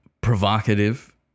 provocative